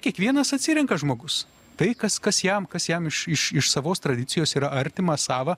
kiekvienas atsirenka žmogus tai kas kas jam kas jam iš iš savos tradicijos yra artima sava